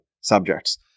subjects